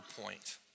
point